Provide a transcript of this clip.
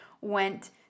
went